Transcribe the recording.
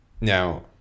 Now